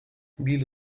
bill